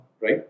right